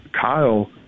Kyle